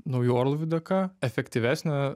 naujų orlaivių dėka efektyvesnę